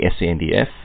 SANDF